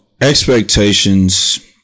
expectations